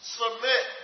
submit